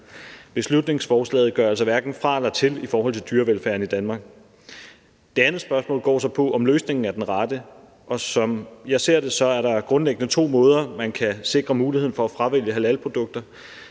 Beslutningsforslaget gør altså hverken fra eller til i forhold til dyrevelfærden i Danmark. Det andet spørgsmål går så på, om løsningen er den rette, og som jeg ser det, er der grundlæggende to måder, man kan sikre muligheden for at fravælge halalprodukter